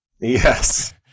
Yes